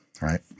right